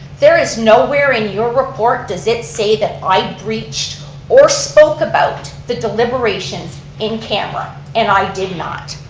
there is no where in your report does it say that i breached or spoke about the deliberations in camera. and i did not.